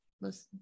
listen